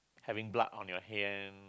having plug on your hand